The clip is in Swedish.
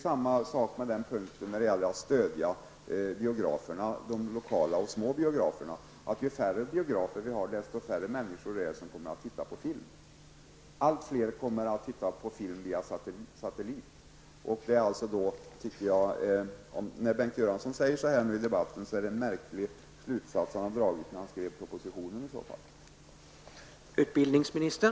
Samma sak gäller den punkt som handlar om att stödja de lokala och små biograferna, nämligen att ju färre biografer vi har, desto färre människor kommer att titta på film. Allt fler kommer att titta på film via satellit. När Bengt Göransson säger detta i debatten är det en märklig slutsats som han har dragit när han skrev propositionen.